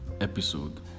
episode